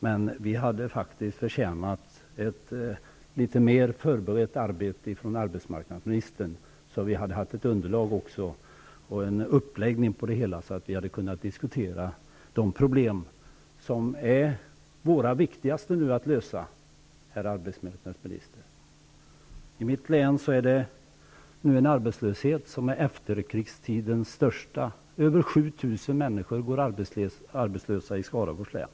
Men vi hade förtjänat ett något mer förberett arbete från arbetsmarknadsministern. Då hade vi fått ett underlag och en uppläggning som innebar att vi kunde diskutera de problem som nu är de viktigaste vi har att lösa. I mitt län har vi nu en arbetslöshet som är efterkrigstidens högsta. Över 7 000 människor går arbetslösa i Skaraborgs län.